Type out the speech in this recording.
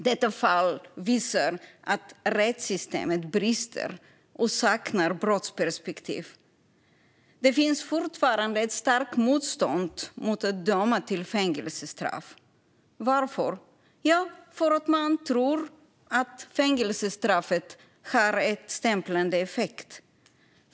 Detta fall visar att rättssystemet brister och saknar brottsofferperspektiv. Det finns fortfarande ett starkt motstånd mot att döma till fängelsestraff. Varför? Jo, för att man tror att fängelsestraff har en stämplande effekt.